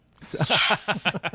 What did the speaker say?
Yes